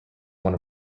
one